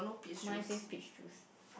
mine says peach juice